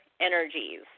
energies